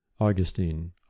Augustine